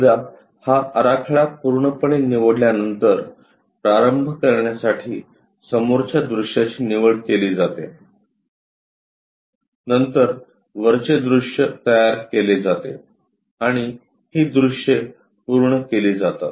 एकदा हा आराखडा पूर्णपणे निवडल्यानंतर प्रारंभ करण्यासाठी समोरच्या दृश्याची निवड केली जाते नंतर वरचे दृश्य तयार केले जाते आणि ही दृश्ये पूर्ण केली जातात